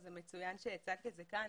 וזה מצוין שהצגת את זה כאן,